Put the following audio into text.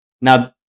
Now